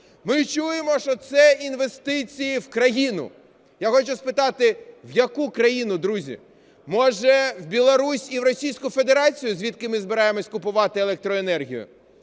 Ми чуємо, що це інвестиції в країну. Я хочу спитати, в яку країну, друзі? Може, в Білорусь і в Російську Федерацію, звідки ми збираємося купувати електроенергію?